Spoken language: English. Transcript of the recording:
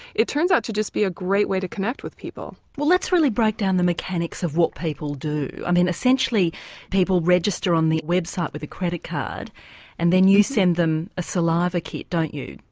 it turns out to just be a great way to connect with people. well let's really break down the mechanics of what people do, i mean essentially people register on the website with a credit card and then you send them a saliva kit don't you?